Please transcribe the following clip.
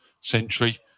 century